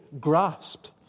grasped